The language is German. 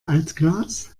altglas